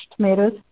tomatoes